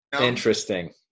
Interesting